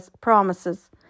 promises